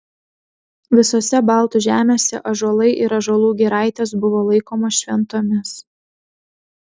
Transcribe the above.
visose baltų žemėse ąžuolai ir ąžuolų giraitės buvo laikomos šventomis